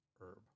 herb